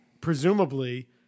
presumably